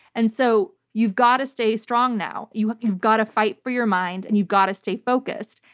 and so, you've got to stay strong now. you've you've got to fight for your mind and you've got to stay focused.